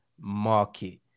market